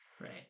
Right